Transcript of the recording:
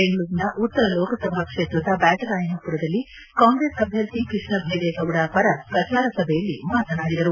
ಬೆಂಗಳೂರಿನ ಉತ್ತರ ಲೋಕಸಭಾ ಕ್ಷೇತ್ರದ ಬ್ಕಾಟರಾಯನ ಮರದಲ್ಲಿ ಕಾಂಗ್ರೆಸ್ ಅಭ್ಯರ್ಥಿ ಕೃಷ್ಣ ಬೈರೇಗೌಡ ಪರ ಪ್ರಜಾರ ಸಭೆಯಲ್ಲಿ ಮಾತನಾಡಿದರು